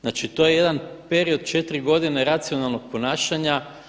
Znači, to je jedan period 4 godine racionalnog ponašanja.